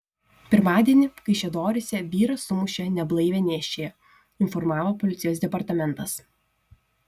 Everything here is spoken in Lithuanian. pirmadienį kaišiadoryse vyras sumušė neblaivią nėščiąją informavo policijos departamentas